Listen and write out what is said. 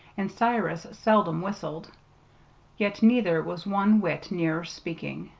and cyrus seldom whistled yet neither was one whit nearer speaking.